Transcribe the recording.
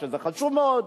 וזה חשוב מאוד,